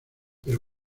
pero